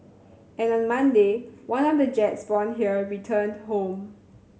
and on Monday one of the jets born here returned home